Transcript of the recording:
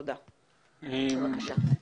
בבקשה.